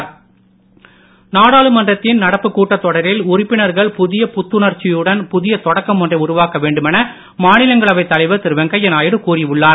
வெங்கையநாயுடு நாடாளுமன்றத்தின் நடப்புக் கூட்டத் தொடரில் உறுப்பினர்கள் புதிய புத்துணர்ச்சியுடன் புதிய தொடக்கம் ஒன்றை உருவாக்க வேண்டுமென மாநிலங்களைவைத் தலைவர் திரு வெங்கையநாயுடு கூறி உள்ளார்